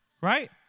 right